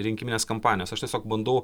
rinkiminės kampanijos aš tiesiog bandau